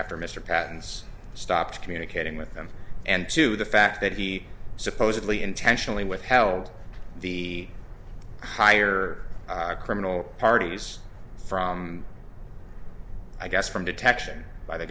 after mr pattens stopped communicating with them and to the fact that he supposedly intentionally withheld the higher criminal parties from i guess from detection by the